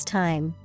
time